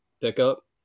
pickup